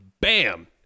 bam